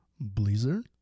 Blizzard